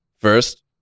first